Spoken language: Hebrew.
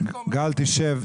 גל, תשב.